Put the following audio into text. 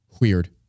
Weird